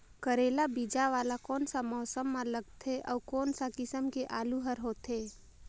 करेला बीजा वाला कोन सा मौसम म लगथे अउ कोन सा किसम के आलू हर होथे?